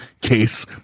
case